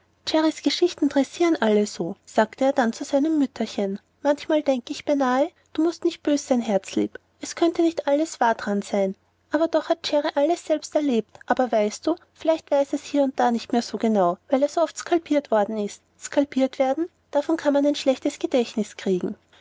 geschichten tressieren alle so sagte er dann zu seinem mütterchen manchmal denke ich beinahe du mußt nicht böse sein herzlieb es könnte nicht alles dran wahr sein aber doch hat jerry es selbst erlebt aber weißt du vielleicht weiß er's hier und da nicht mehr so genau weil er so oft skalpiert worden ist skalpiert werden davon kann man ein schlechtes gedächtnis kriegen